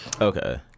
Okay